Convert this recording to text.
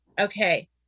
Okay